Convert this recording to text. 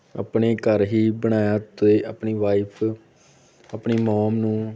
ਆਪਣੇ ਘਰ ਹੀ ਬਣਾਇਆ ਅਤੇ ਆਪਣੀ ਵਾਈਫ ਆਪਣੀ ਮੌਮ ਨੂੰ